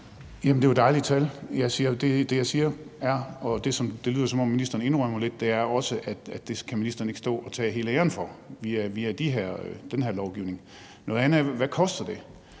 det er jo dejlige tal. Det, jeg siger, og det, som det lyder som om ministeren indrømmer lidt, er, at det kan ministeren ikke stå og tage hele æren for via den her lovgivning. Noget andet er: Hvad koster det?